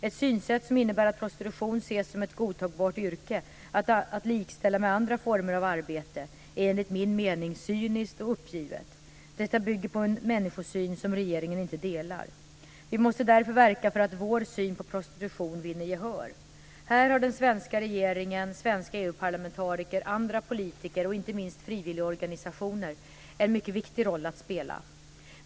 Ett synsätt som innebär att prostitution ses som ett godtagbart yrke, att likställa den med andra former av arbete, är enligt min mening cyniskt och uppgivet. Detta bygger på en människosyn som regeringen inte delar. Vi måste därför verka för att vår syn på prostitution vinner gehör. Här har den svenska regeringen, svenska EU-parlamentariker, andra politiker och inte minst frivilligorganisationer en mycket viktig roll att spela.